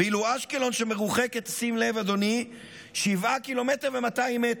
ואילו אשקלון, שמרוחקת, שים לב, אדוני, 7.2 ק"מ,